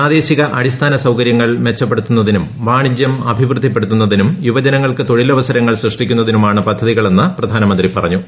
പ്രാദേശിക അടിസ്ഥാന സൌകര്യങ്ങൾ മെച്ചരിപ്പെട്ടുത്തുന്നതിനും വാണിജ്യം അഭിവൃത്തിപ്പെടുത്തുന്നതിനും പ്രസ് യുവജനങ്ങൾക്ക് തൊഴിലവസരങ്ങൾ സൃഷ്ടിക്കുന്നതിനുമാണ് പദ്ധതികളെന്ന് പ്രധാനമന്ത്രി പറഞ്ഞു